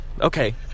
Okay